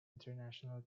international